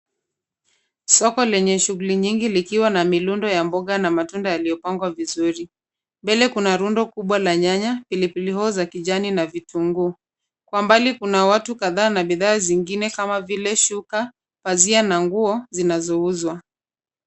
Soko lenye shughuli nyingi likiwa na milundo ya mboga na matunda yaliyopangwa vizuri. Mbele kuna rundo kubwa la nyanya, pilipili hoho za kijani na vitunguu. Kwa mbali kuna watu kadhaa na bidhaa zingine kama vile shuka, pazia na nguo zinanouzwa.